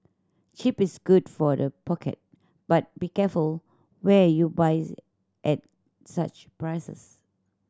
cheap is good for the pocket but be careful where you buy at such prices